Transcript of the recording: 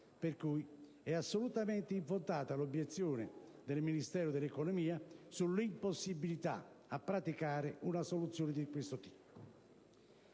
Per cui, è assolutamente infondata l'obiezione del Ministero dell'economia sull'impossibilità a praticare una soluzione di questo tipo.